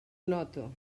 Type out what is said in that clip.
noto